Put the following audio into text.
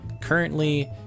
Currently